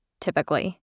typically